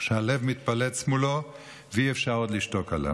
שהלב מתפלץ מולו ואי-אפשר עוד לשתוק עליו.